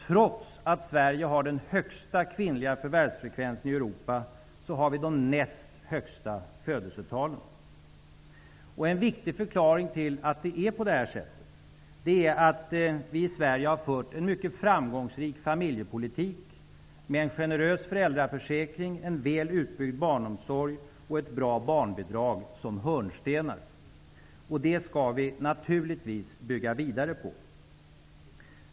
Trots att Sverige har den högsta kvinnliga förvärvsfrekvensen i Europa har vi de näst högsta födelsetalen. En viktig förklaring till att det är så är att vi i Sverige har fört en mycket framgångsrik familjepolitik, med en generös föräldraförsäkring, en väl utbyggd barnomsorg och ett bra barnbidrag som hörnstenar. Det skall vi naturligtvis bygga vidare på.